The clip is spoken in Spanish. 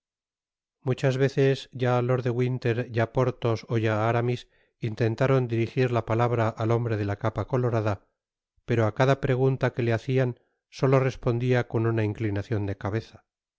muchas veces ya lord de winter ya porthos ó ya aramis intentaron dirigir la palabra al hombre de la capa colorada pero á cada pregunta que te hacian solo respondia con una inclinacion de cabeza